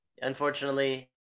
Unfortunately